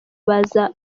baza